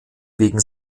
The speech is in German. wegen